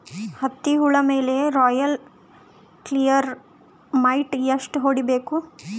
ಹತ್ತಿ ಹುಳ ಮೇಲೆ ರಾಯಲ್ ಕ್ಲಿಯರ್ ಮೈಟ್ ಎಷ್ಟ ಹೊಡಿಬೇಕು?